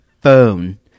phone